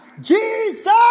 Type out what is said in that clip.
Jesus